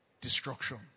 destruction